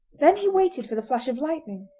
then he waited for the flash of lightning,